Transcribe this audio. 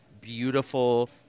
beautiful